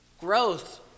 Growth